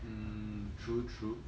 um true true